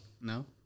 No